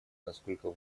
насколько